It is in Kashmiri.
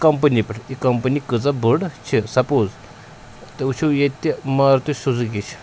کمپٔنی پٮ۪ٹھ یہِ کَمپٔنی کۭژاہ بٔڑ چھِ سَپوز تُہۍ وٕچھو ییٚتہِ ماروٗتی سُزوٗکی چھِ